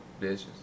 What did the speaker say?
Bitches